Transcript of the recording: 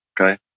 okay